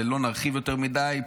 ולא נרחיב יותר מדי,